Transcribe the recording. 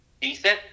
decent